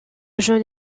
jaune